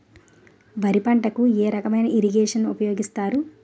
వరి పంటకు ఏ రకమైన ఇరగేషన్ ఉపయోగిస్తారు?